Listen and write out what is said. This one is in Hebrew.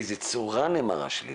באיזה צורה נאמר השלילי.